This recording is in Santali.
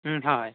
ᱦᱳᱭ